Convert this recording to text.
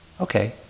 okay